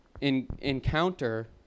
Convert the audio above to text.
encounter